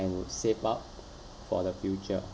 and would save up for the future